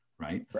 right